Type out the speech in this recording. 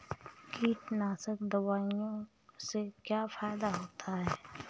कीटनाशक दवाओं से क्या फायदा होता है?